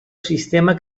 sistema